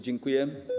Dziękuję.